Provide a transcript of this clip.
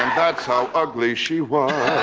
that's how ugly she was